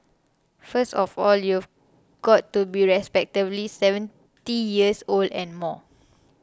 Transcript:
first of all you've got to be respectably seventy years old and more